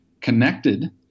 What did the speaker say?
connected